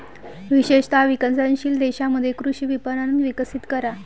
विशेषत विकसनशील देशांमध्ये कृषी विपणन विकसित करा